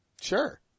Sure